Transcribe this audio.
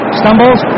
stumbles